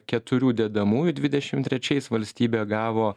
keturių dedamųjų dvidešim trečiais valstybė gavo